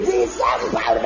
December